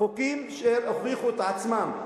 חוקים שהוכיחו את עצמם.